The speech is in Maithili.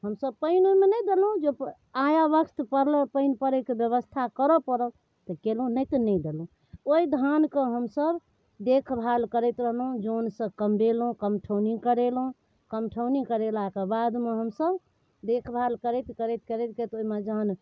हमसब पानि ओहिमे नहि देलहुँ जे आया बख्त पड़लै आ पानि पड़ैके व्यवस्था करऽ पड़ल तऽ कयलहुँ नहि तऽ नहि देलहुँ ओहि धानकऽ हमसब देखभाल करैत रहलहुँ जनसँ कमबेलहुँ कमदौनी करेलहुँ कमदौनी करेला कऽ बाद ओहिमे हमसब देख भाल करैत करैत ओहिमे जहन